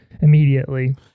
immediately